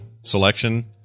selection